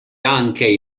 anche